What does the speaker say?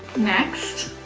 next.